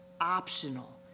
optional